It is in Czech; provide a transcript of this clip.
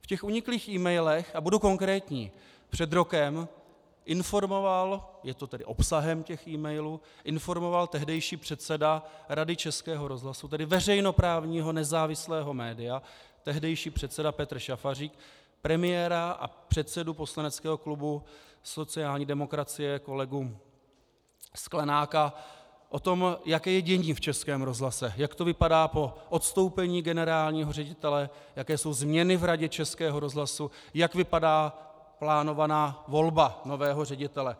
V těch uniklých emailech, a budu konkrétní, před rokem informoval, je to tedy obsahem těch emailů, tehdejší předseda Rady Českého rozhlasu, tedy veřejnoprávního nezávislého média, tehdejší předseda Petr Šafařík premiéra a předsedu poslaneckého klubu sociální demokracie kolegu Sklenáka o tom, jaké je dění v Českém rozhlase, jak to vypadá po odstoupení generálního ředitele, jaké jsou změny v Radě Českého rozhlasu, jak vypadá plánovaná volba nového ředitele.